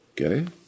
Okay